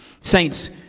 Saints